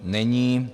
Není.